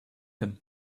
him